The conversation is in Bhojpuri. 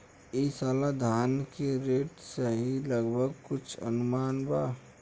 ई साल धान के रेट का रही लगभग कुछ अनुमान बा?